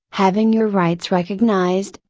having your rights recognized,